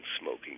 smoking